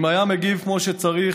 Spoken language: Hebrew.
אם היה מגיב כמו שצריך,